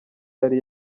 yari